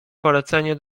polecenie